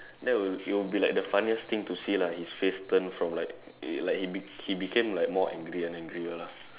that will it will be like the funniest thing to see lah his face turn from like like he be~ he became like more angry and angrier lah